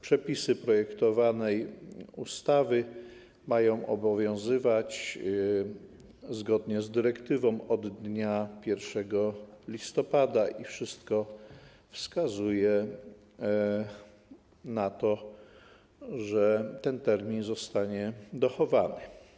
Przepisy projektowanej ustawy mają obowiązywać zgodnie z dyrektywą od dnia 1 listopada i wszystko wskazuje na to, że ten termin zostanie dochowany.